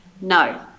No